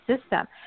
system